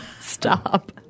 Stop